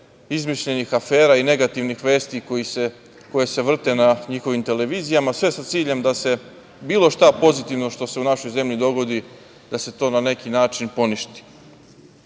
izmišljenih afera i negativnih vesti, koje se vrte na njihovim televizijama, sve sa ciljem da se bilo šta pozitivno, što se u našoj zemlji dogodi, da se to na neki način poništi. Videli